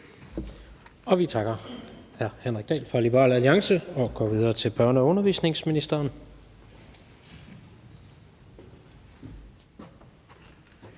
Vi takker hr. Henrik Dahl fra Liberal Alliance og går videre til børne- og undervisningsministeren.